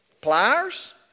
Pliers